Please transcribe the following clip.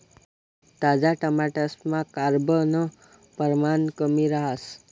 ताजा टमाटरसमा कार्ब नं परमाण कमी रहास